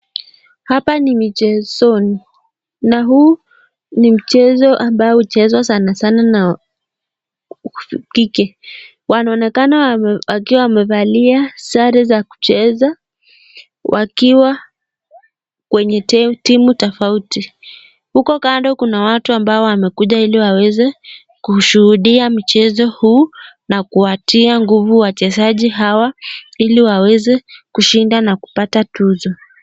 Hapa ni mchezoni, na huu ni mchezo ambao huchezwa sanasana na kike, wanaonekana wakiwa wamevalia sare za kucheza wakiwa kwenye timu tofauti, huko kando kuna watu ambao wamekuja ili waweze kushuhudia mchezo huu na kiwatia nguvu wachezaji hawa ili waweze kushinda na kupata tuzo.